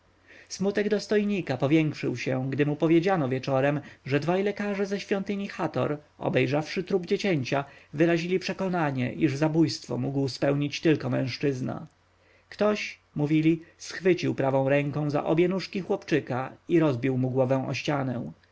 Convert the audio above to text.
smutek dostojnika powiększył się gdy mu powiedziano wieczorem że dwaj lekarze ze świątyni hator obejrzawszy trup dziecięcia wyrazili przekonanie iż zabójstwo mógł spełnić tylko mężczyzna ktoś mówili schwycił prawą ręką za obie nóżki chłopczyka i rozbił mu głowę o ścianę